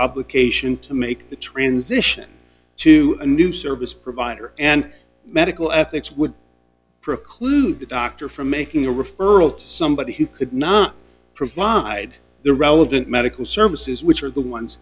obligation to make the transition to a new service provider and medical ethics would preclude the doctor from making a referral to somebody who could not provide the relevant medical services which are the ones